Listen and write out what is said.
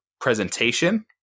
presentation